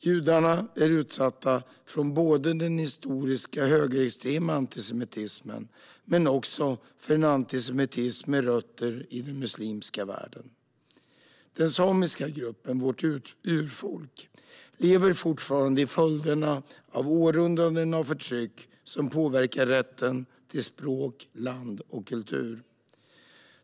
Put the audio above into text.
Judarna är utsatta för både den historiska högerextrema antisemitismen och en antisemitism med rötter i den muslimska världen. Den samiska gruppen, vårt urfolk, lever fortfarande med följderna av århundraden av förtryck som påverkar rätten till språk, land och kultur.